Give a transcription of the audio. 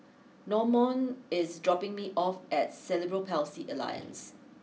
Normand is dropping me off at Cerebral Palsy Alliance